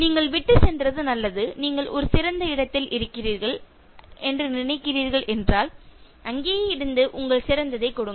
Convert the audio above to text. நீங்கள் விட்டுச் சென்றது நல்லது நீங்கள் ஒரு சிறந்த இடத்தில் இருக்கிறீர்கள் என்று நினைக்கிறீர்கள் என்றால் அங்கேயே இருந்து உங்கள் சிறந்ததைக் கொடுங்கள்